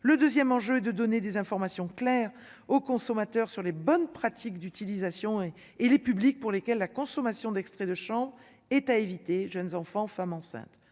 le 2ème enjeu de donner des informations claires aux consommateurs sur les bonnes pratiques d'utilisation et et les publics pour lesquels la consommation d'extraits de champs est à éviter, jeunes enfants, femmes enceintes,